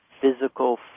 physical